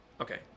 Okay